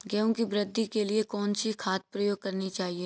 गेहूँ की वृद्धि के लिए कौनसी खाद प्रयोग करनी चाहिए?